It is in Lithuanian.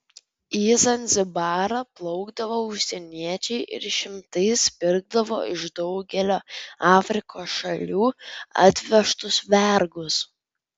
į zanzibarą plaukdavo užsieniečiai ir šimtais pirkdavo iš daugelio afrikos šalių atvežtus vergus